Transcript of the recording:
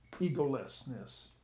egolessness